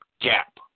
gap